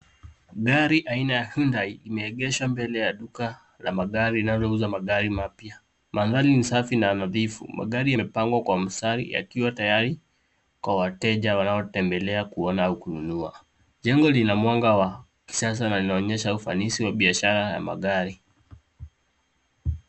Gari aina ya Hyundai imeegeshwa mbele ya duka la magari linalouza magari mapya. Mandhari ni safi na nadhifu. Magari yamepangwa kwa mstari yakiwa tayari kwa wateja wanaotembelea kuona au kununua. Jengo lina mwanga wa kisasa na linaonyesha ufanisi wa biashara ya magari.